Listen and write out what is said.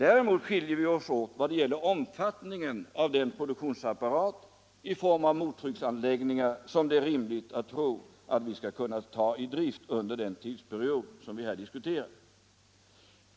Däremot skiljer vi oss åt när det gäller omfattningen av den produktionsapparat i form av mottrycksanläggningar som det är rimligt att tro att vi skall kunna ta i drift under den tidsperiod som vi här diskuterar.